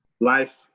life